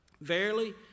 Verily